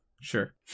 Sure